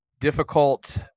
difficult